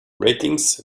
ratings